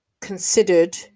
considered